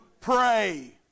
pray